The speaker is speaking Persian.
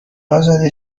ازاده